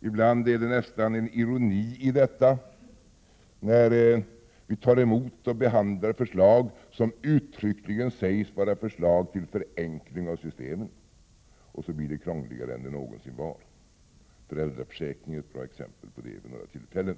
Ibland ligger det nästan en ironi i detta när vi tar emot och behandlar förslag som uttryckligen sägs vara förslag till förenklingar av systemet, och så blir det krångligare än det någonsin var förut. Vissa ändringar i föräldraförsäkringen vid några tillfällen är ett exempel på det.